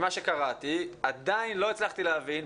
ממה שקראתי, עדיין לא הצלחתי להבין.